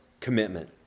commitment